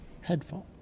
headphone